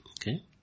Okay